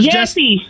Jesse